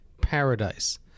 Paradise